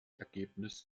ergebnis